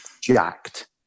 jacked